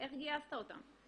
איך גייסת אותם?